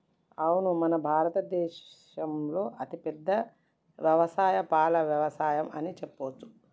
అవును మన భారత దేసంలో అతిపెద్ద యవసాయం పాల యవసాయం అని చెప్పవచ్చు